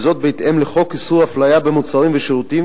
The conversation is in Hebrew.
וזאת בהתאם לחוק איסור אפליה במוצרים ושירותים